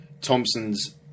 Thompson's